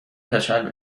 کچل